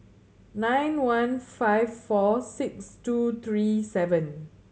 nine one five four six two three seven